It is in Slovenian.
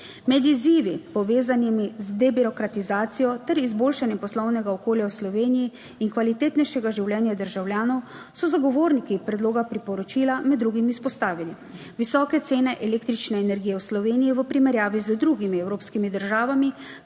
Med izzivi, povezanimi z debirokratizacijo ter izboljšanjem poslovnega okolja v Sloveniji in kvalitetnejšega življenja državljanov, so zagovorniki predloga priporočila med drugim izpostavili visoke cene električne energije v Sloveniji v primerjavi z drugimi evropskimi državami,